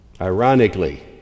Ironically